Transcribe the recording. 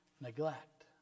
neglect